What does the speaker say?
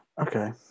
Okay